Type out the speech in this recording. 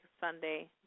Sunday